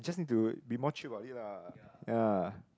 just need to be more chill about it lah ya